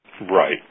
Right